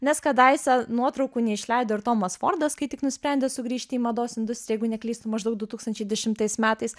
nes kadaise nuotraukų neišleido ir tomas fordas kai tik nusprendė sugrįžti į mados industriją jeigu neklystu maždaug du tūkstančiai dešimtais metais